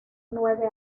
nueve